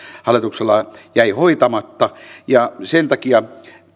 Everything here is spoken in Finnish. hallituksella jäi hoitamatta ja sen takia